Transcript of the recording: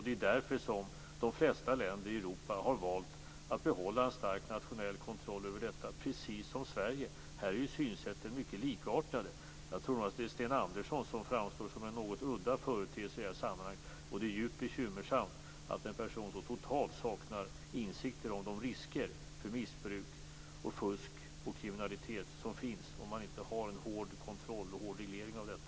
Det är därför som de flesta länder i Europa har valt att behålla en stark nationell kontroll över spelandet, precis som Sverige har gjort. Här är synen mycket likartad. Jag tror nog att det är Sten Andersson som framstår som en något udda person i det här sammanhanget, och det är djupt bekymmersamt att en person så totalt saknar insikter om de risker för missbruk, fusk och kriminalitet som finns om man inte har en hård kontroll över och en reglering av spelandet.